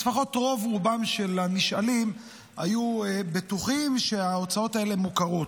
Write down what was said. לפחות רוב-רובם של הנשאלים היו בטוחים שההוצאות האלה מוכרות.